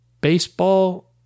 baseball